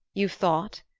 you've thought?